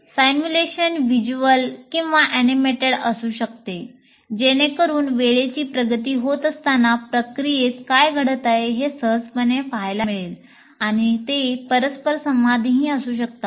simulation दृश्यमान आणि animated असू शकते जेणेकरून वेळेची प्रगती होत असताना प्रक्रियेत काय घडत आहे हे सहजपणे पहायला मिळेल आणि ते परस्परसंवादीही असू शकतात